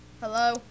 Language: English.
Hello